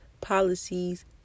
policies